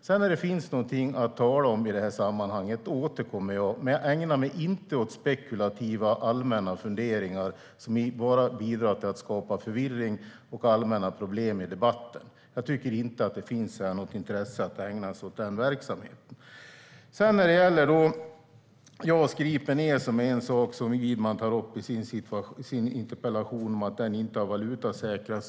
Sedan när det finns någonting att tala om, då återkommer jag. Men jag ägnar mig inte åt spekulativa allmänna funderingar som bara bidrar till att skapa förvirring och allmänna problem i debatten. Jag tycker inte att det finns något intresse att ägna sig åt den verksamheten. JAS Gripen 39 E är en sak som Widman tar upp i sin interpellation, att den affären inte har varit valutasäkrad.